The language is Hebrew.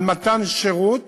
על מתן שירות